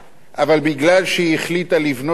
אבל מכיוון שהיא החליטה לבנות עכשיו